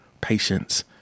patience